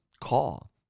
call